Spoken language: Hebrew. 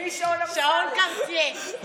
לפי שעון אמסלם.